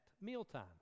mealtime